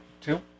two